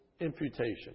imputation